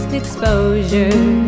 exposure